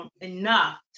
enough